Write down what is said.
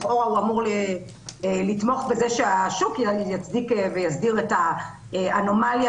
לכאורה הוא אמור לתמוך בזה שהשוק יצדיק ויסדיר את האנומליה